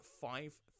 five